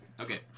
Okay